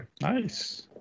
Nice